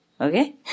Okay